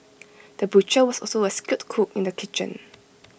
the butcher was also A skilled cook in the kitchen